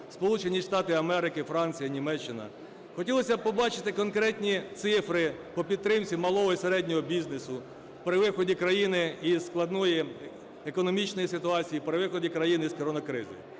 Сполучені Штати Америки, Франція, Німеччина. Хотілося б побачити конкретні цифри по підтримці малого і середнього бізнесу при виході країни із складної економічної ситуації, при виході країни з коронакризи.